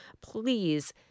please